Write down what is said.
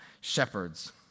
shepherds